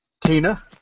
Tina